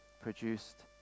produced